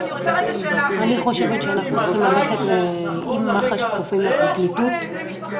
אני --- אפשר לשאול שאלה שלא קשורה ---?